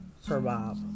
survive